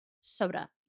soda